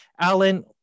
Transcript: Alan